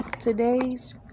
Today's